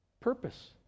purpose